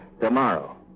tomorrow